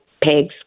pigs